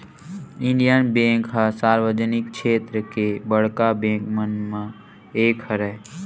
Indian bank ह सार्वजनिक छेत्र के बड़का बेंक मन म एक हरय